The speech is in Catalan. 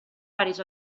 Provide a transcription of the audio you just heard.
varis